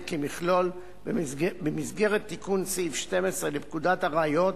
כמכלול במסגרת תיקון סעיף 12 לפקודת הראיות